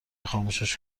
خاموشش